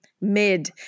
mid